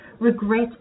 regret